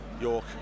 York